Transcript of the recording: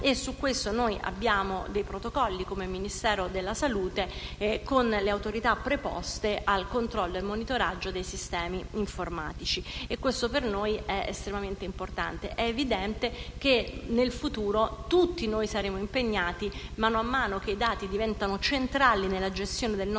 su questo noi abbiamo dei protocolli, come Ministero della salute, con le autorità preposte al controllo e al monitoraggio dei sistemi informatici. Questo per noi è estremamente importante. È evidente che nel futuro tutti noi saremo impegnati, man mano che i dati diventeranno centrali nella gestione del nostro